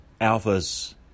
Alpha's